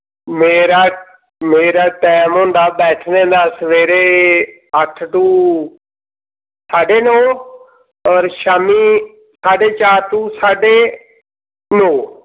मेरा मेरा टैम होंदा बैठने दा सवेरे अट्ठ तू सड्डे नौ होर शामीं साड्डे चार तू साड्डे नौ